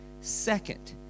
Second